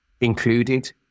included